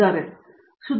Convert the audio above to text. ಪ್ರತಾಪ್ ಹರಿಡೋಸ್ ಹೌದು ಹೌದು